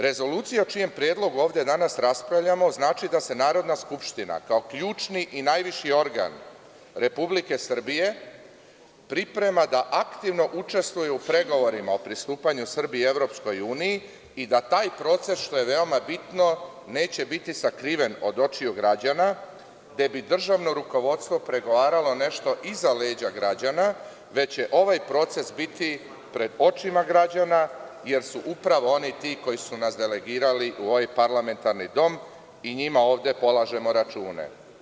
Rezolucija, čiji predlog danas ovde raspravljamo, znači da se Narodna skupština, kao ključni i najviši organ Republike Srbije, priprema da aktivno učestvuje u pregovorima o pristupanju Srbije EU i da taj proces, što je veoma bitno, neće biti sakriven od očiju građana, gde bi državno rukovodstvo pregovaralo nešto iza leđa građana, već će ovaj proces biti pred očima građana, jer su upravo oni ti koji su nas delegirali u ovaj parlamentarni dom i njima ovde polažemo račune.